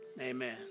Amen